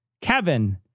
Kevin